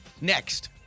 Next